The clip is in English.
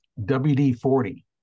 WD-40